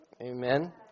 Amen